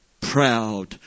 proud